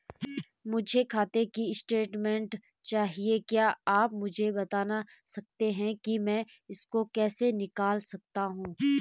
मुझे खाते की स्टेटमेंट चाहिए क्या आप मुझे बताना सकते हैं कि मैं इसको कैसे निकाल सकता हूँ?